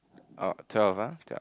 oh twelve ah twelve